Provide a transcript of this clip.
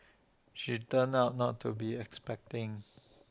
she turned out not to be expecting